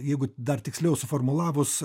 jeigu dar tiksliau suformulavus